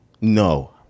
No